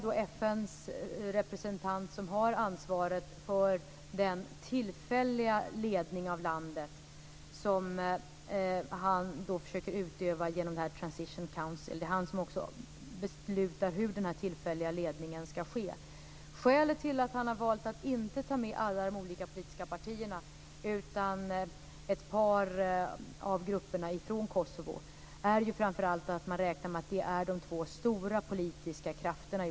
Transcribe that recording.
Det är FN:s representant som har ansvaret för den tillfälliga ledning av landet som han försöker utöva genom detta transition council. Det är också han som beslutar hur denna tillfälliga ledning ska se ut. Skälet till att han har valt att inte ta med alla de politiska partierna, utan bara ett par av grupperna från Kosovo, är framför allt att man räknar med att de är de två stora politiska krafterna.